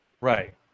Right